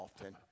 often